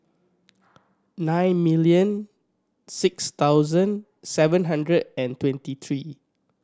nine million six thousand seven hundred and twenty three